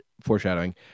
foreshadowing